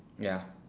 ya